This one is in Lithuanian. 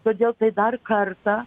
todėl tai dar kartą